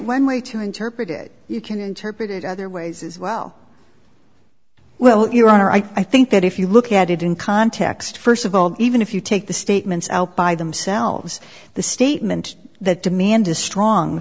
one way to interpret it you can interpret it other ways as well well your honor i think that if you look at it in context first of all even if you take the statements out by themselves the statement that demand is strong